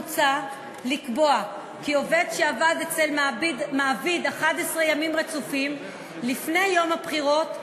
מוצע לקבוע כי עובד שעבד אצל מעביד 11 ימים רצופים לפני יום הבחירות,